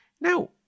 Now